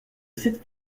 cette